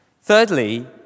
Thirdly